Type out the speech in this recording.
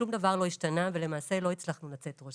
שום דבר לא השתנה ולמעשה לא הצלחנו לצאת ראש.